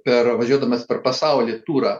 per važiuodamas per pasaulį turą